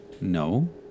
No